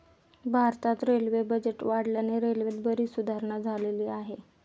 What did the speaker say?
भारतात railway budget वाढल्याने रेल्वेत बरीच सुधारणा झालेली आहे